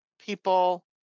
people